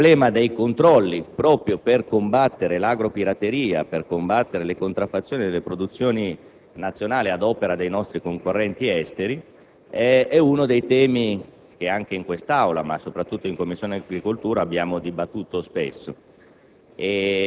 Il problema dei controlli per combattere l'agropirateria e le contraffazioni delle produzioni nazionali ad opera dei nostri concorrenti esteri è uno dei temi che anche in quest'Aula, è soprattutto in Commissione agricoltura, abbiamo dibattuto spesso.